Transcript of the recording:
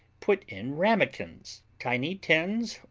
put in ramekins, tiny tins,